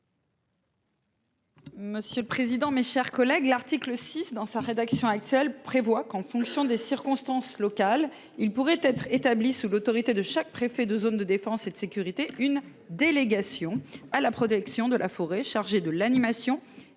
présenter l'amendement n° 25 rectifié. L'article 6, dans sa rédaction actuelle, prévoit qu'en fonction des circonstances locales pourrait être établie, sous l'autorité de chaque préfet de zone de défense et de sécurité, une délégation à la protection de la forêt chargée de l'animation